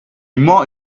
more